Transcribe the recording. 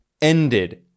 ended